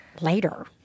later